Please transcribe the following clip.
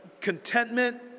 contentment